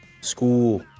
school